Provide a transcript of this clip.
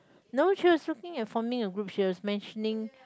no she was looking at forming a group she was mentioning